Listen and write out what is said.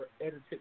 edited